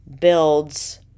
builds